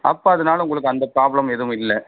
அப்போ அதனால உங்களுக்கு அந்த ப்ராப்ளம் எதுவும் இல்லை